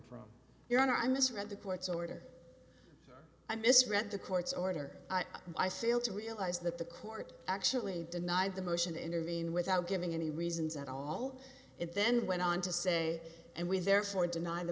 from your honor i misread the court's order i misread the court's order i sailed to realize that the court actually denied the motion intervene without giving any reasons at all it then went on to say and we therefore deny the